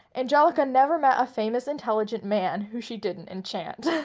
angelic i never met a famous intelligent man who she didn't enchant.